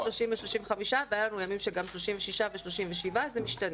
בין 30% ל-35%, והיה לנו שגם 36% ו-37%, זה משתנה.